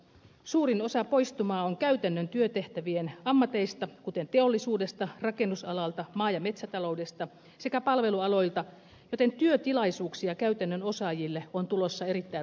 suurin osa poistumaa on käytännön työtehtävien ammateista kuten teollisuudesta rakennusalalta maa ja metsätaloudesta sekä palvelualoilta joten työtilaisuuksia käytännön osaajille on tulossa erittäin runsaasti